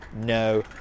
no